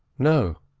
no,